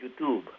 YouTube